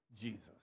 Jesus